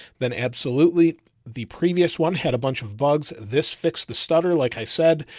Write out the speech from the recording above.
then absolutely the previous one had a bunch of bugs. this fixed the stutter, like i said,